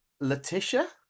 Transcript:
Letitia